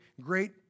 great